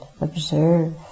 observe